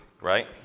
right